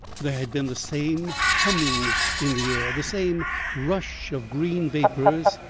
there had been the same humming in the air, the same rush of green vapors,